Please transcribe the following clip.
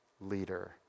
leader